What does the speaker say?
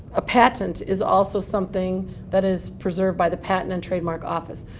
a patent is also something that is preserved by the patent and trademark office.